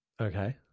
Okay